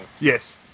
Yes